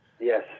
Yes